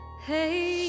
Hey